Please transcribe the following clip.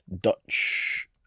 Dutch